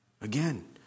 Again